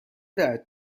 درد